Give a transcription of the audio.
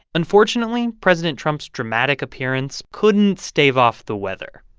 unfortunately, president trump's dramatic appearance couldn't stave off the weather.